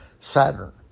Saturn